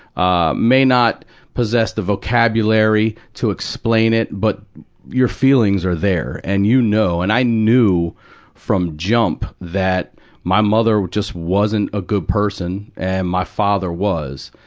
ah, may not possess the vocabulary to explain it, but your feelings are there. and you know. and i knew from jump that my mother just wasn't a good person, and my father was.